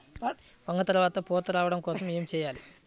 వంగ త్వరగా పూత రావడం కోసం ఏమి చెయ్యాలి?